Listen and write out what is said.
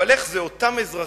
אבל איך זה שאותם אזרחים,